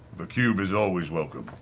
the cube is always welcome.